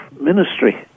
ministry